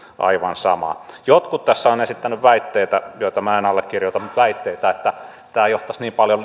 aivan sama jotkut tässä ovat esittäneet väitteitä joita minä en allekirjoita että tämä johtaisi niin paljon